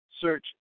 search